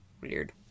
Weird